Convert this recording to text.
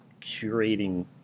curating